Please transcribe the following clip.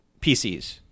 PCs